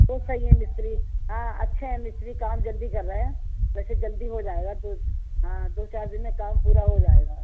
وہ صحیح ہے مستری ہاں اچھا ہے مستری کام جلدی کر رہا ہے ویسے جلدی ہو جائے گا دو ہاں دو چار دن میں کام پورا ہو جائے گا